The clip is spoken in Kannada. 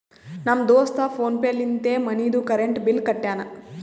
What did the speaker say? ನಮ್ ದೋಸ್ತ ಫೋನ್ ಪೇ ಲಿಂತೆ ಮನಿದು ಕರೆಂಟ್ ಬಿಲ್ ಕಟ್ಯಾನ್